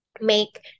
make